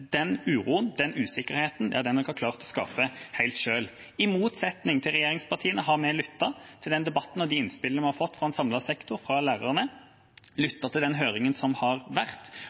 Den uroen og den usikkerheten har de klart å skape helt selv. I motsetning til regjeringspartiene har vi lyttet til debatten og de innspillene vi har fått fra en samlet sektor, også fra lærerne, og lyttet til den høringen som har vært.